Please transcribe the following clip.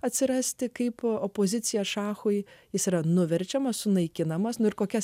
atsirasti kaip opozicija šachui jis yra nuverčiamas sunaikinamas ir kokia